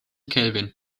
kelvin